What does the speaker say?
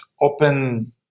Open